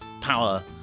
power